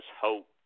hope